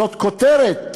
זאת כותרת.